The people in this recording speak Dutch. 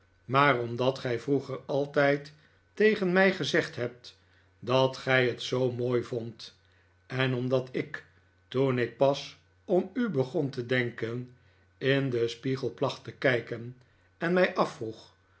maar omdat gij vroeger altijd tegen mij gezegd hebt dat gij het zoo mooi vondt en omdat ik toen ik pas om u begon te denken in den spiegel placht te kijken en mij afvroeg